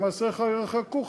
מעשיך ירחקוך,